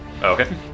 Okay